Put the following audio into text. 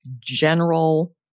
general